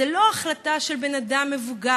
אז זו לא החלטה של בן אדם מבוגר.